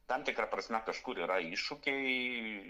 tam tikra prasme kažkur yra iššūkiai